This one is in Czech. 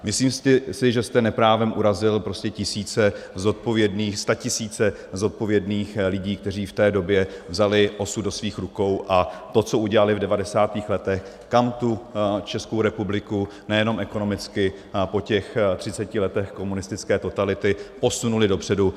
Myslím si, že jste neprávem urazil prostě tisíce zodpovědných, statisíce zodpovědných lidí, kteří v té době vzali osud do svých rukou, a to, co udělali v 90. letech, kam tu Českou republiku nejenom ekonomicky po těch třiceti letech komunistické totality, posunuli dopředu.